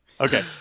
Okay